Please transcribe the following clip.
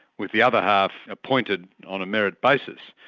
with the other half appointed on a merit basis.